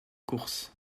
courses